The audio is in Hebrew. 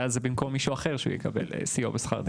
ואז זה במקום מישהו אחר שיקבל סיוע בשכר דירה.